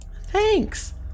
thanks